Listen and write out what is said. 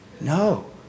No